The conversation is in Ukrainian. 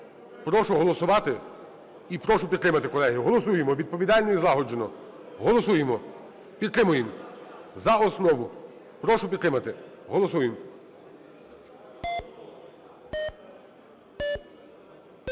Прошу голосувати і прошу підтримати, колеги. Голосуємо відповідально і злагоджено. Голосуємо. Підтримуємо за основу. Прошу підтримати. Голосуємо.